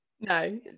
No